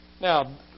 Now